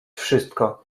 wszystko